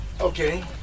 Okay